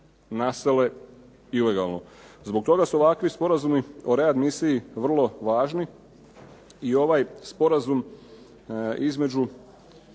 nasele ilegalno. Zbog toga su ovakvi sporazumi o readmisiji vrlo važni i ovaj sporazum između